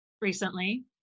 recently